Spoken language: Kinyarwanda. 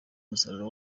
umusaruro